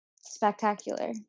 Spectacular